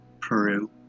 Peru